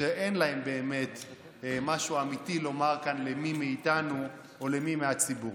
כשאין לה באמת משהו אמיתי לומר כאן למי מאיתנו או למי מהציבור.